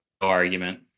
argument